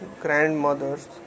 grandmother's